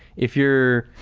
if you're